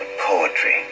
poetry